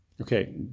Okay